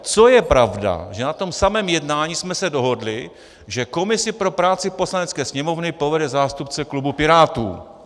Co je pravda, že na tom samém jednání jsme se dohodli, že komisi pro práci Poslanecké sněmovny povede zástupce klubu Pirátů.